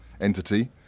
Entity